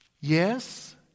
Yes